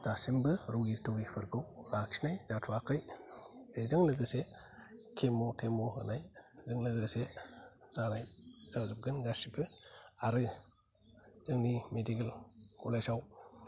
दासिमबो रंगिल थिंगिलफोरखौ आखिनाय जाथ'आखै बेजों लोगोसे केम' थेम' होनाय बेजों लोगोसे जानाय जाजोबगोन गासिबो आरो जोंनि मेडिकेल केलज आव